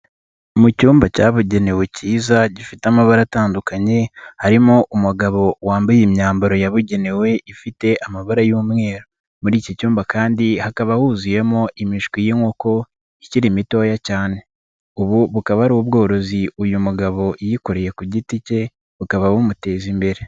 Mu cyumba cyabugenewe cyiza gifite amabara atandukanye, harimo umugabo wambaye imyambaro yabugenewe ifite amabara y'umweru, muri icyo cyumba kandi hakaba huzuyemo imishwi y'inkoko ikiri mitoya cyane, ubu bukaba ari ubworozi uyu mugabo yikoreye ku giti cye, bukaba bumuteza imbere.